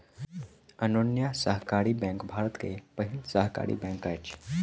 Anyonya Sahakari bank Bharat के पहिल सहकारी बैंक अछि